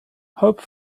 hope